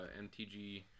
MTG